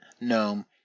GNOME